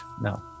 no